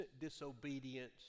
disobedience